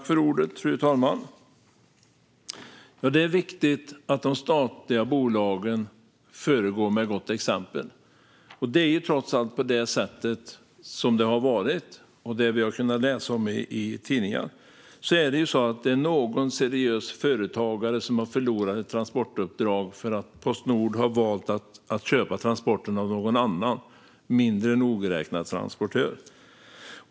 Fru talman! Ja, det är viktigt att de statliga bolagen föregår med gott exempel. Men på det sätt det har varit och vi kunnat läsa om i tidningarna är det någon seriös företagare som har förlorat ett transportuppdrag därför att Postnord har valt att köpa transporterna av någon annan, mindre nogräknad transportör.